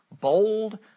bold